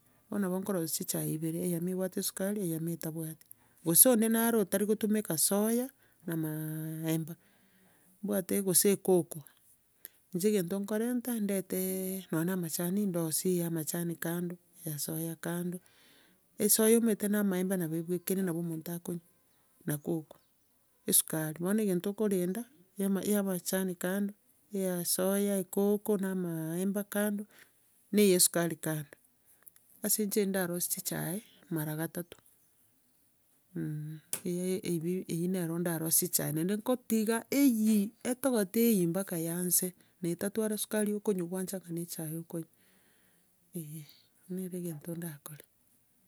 Bono nabo nkorosia chichae ibere, eyemo ebwate esukari eyemo etabwati. Gose onde naro otarikotumeka soya, na amaaemba. Mbwate gose ekoko, inche egento nkorenta, ndete nonya na amachani ndosie iga ya amachani kando, ya soya kando, esoya omanyete na amaemba nabo ebwekire nabo omonto akonywa, na ekoko, esukari. Bono egento okorenda, ya amachani kando, ya soya, ekoko, na amaemba kando, na eye esukari kando. Ase inche ndarosie chichae, mara gatato, eyia ebi- eyio nero ndarosie echaye naenda ngotiga eyie, etogote eyie mpaka eanse. Netatwara esukari okonywa gwancha buna echae okonywa eh, erio nere egento ndakore.